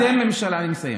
אני מסיים.